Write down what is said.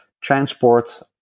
transport